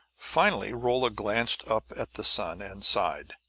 finally rolla glanced up at the sun and sighed.